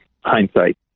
hindsight